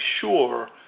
sure